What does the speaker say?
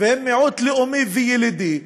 והם מיעוט לאומי וילידי,